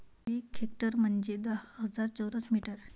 एक हेक्टर म्हंजे दहा हजार चौरस मीटर